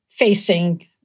facing